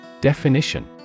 Definition